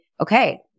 okay